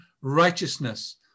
righteousness